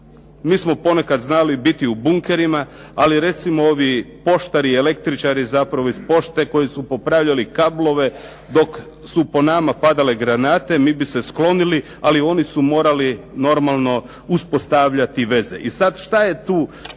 Mi smo ponekad znali biti u bunkerima. Ali recimo ovi poštari, električari zapravo iz pošte koji su popravljali kablove dok su po nama padale granate, mi bi se sklonili, ali oni su morali normalno uspostavljati veze. I sad šta je tu